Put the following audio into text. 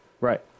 Right